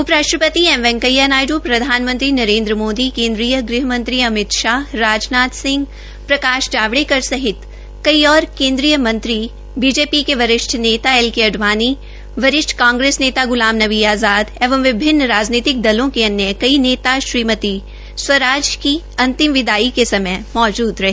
उपराष्ट्रपति एम वेकैंया नायड्र प्रधानमंत्री नरेन्द्र मोदी केन्द्रीय ग़हमंत्री अमित शाह राजनाथ सिंह प्रकाश जावड़ेकर सहित कई और अन्य केन्द्रीय मंत्री बीजेपी के वरिष्ठ नेता एल के अडवाणी वरिष्ठ नेता ग्लाम नबी आज़ाद एवं विभिन्न राजनीतिक दलों के अन्य कई नेता श्रीमती स्वराज की अंतिम विदाई के समय मौजूद रहे